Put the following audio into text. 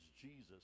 Jesus